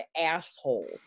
asshole